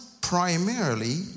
primarily